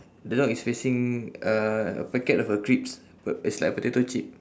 the dog is facing uh a packet of a crisps but it's like a potato chip